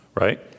right